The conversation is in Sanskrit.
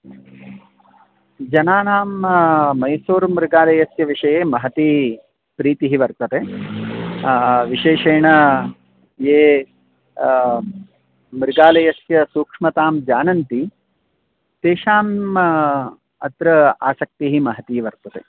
जनानां मैसूरु मृगालयस्य विषये महती प्रीतिः वर्तते विशेषेण ये मृगालयस्य सूक्ष्मतां जानन्ति तेषाम् अत्र आसक्तिः महती वर्तते